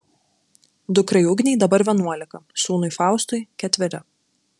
dukrai ugnei dabar vienuolika sūnui faustui ketveri